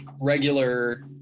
regular